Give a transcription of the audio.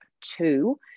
two